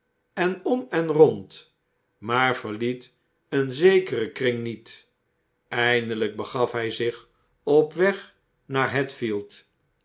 en om en rond maar verliet een zekere kring niet eindelijk begaf hij zich op weg naar h